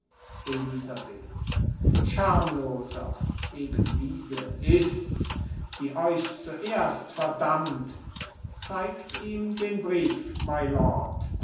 elisabeth schamloser ebendiese ist's die euch zuerst verdammt zeigt ihm den brief